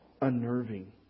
unnerving